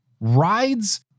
rides